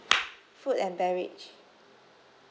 food and beverage